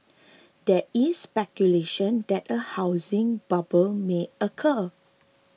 there is speculation that a housing bubble may occur